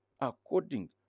according